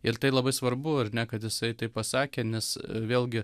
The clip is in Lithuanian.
ir tai labai svarbu ar ne kad jisai taip pasakė nes vėlgi